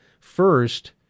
first